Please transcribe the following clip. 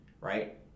right